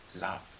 love